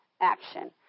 action